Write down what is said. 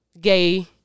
gay